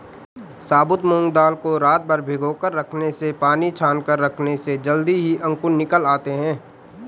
साबुत मूंग दाल को रातभर भिगोकर रखने से पानी छानकर रखने से जल्दी ही अंकुर निकल आते है